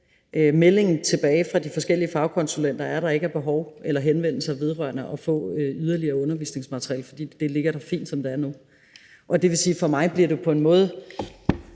Meldingen tilbage fra de forskellige fagkonsulenter er, at der ikke er behov for eller henvendelser om at få yderligere undervisningsmateriale, for det ligger der fint, som det er nu. Det vil sige, at den del af det for mig på en måde